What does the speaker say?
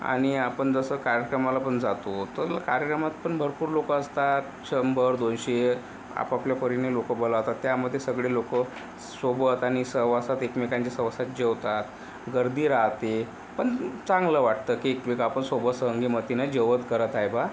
आणि आपण जसं कार्यक्रमाला पण जातो तर कार्यक्रमात पण भरपूर लोकं असतात शंभर दोनशे आपआपल्या परीने लोकं बोलवतात त्यामधे सगळी लोकं सोबत आणि सहवासात एकमेकांच्या सहवासात जेवतात गर्दी राहते पण चांगलं वाटतं की एकमेक आपण सोबत संगीमतीने जेवण करत आहे बुवा